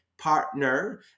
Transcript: partner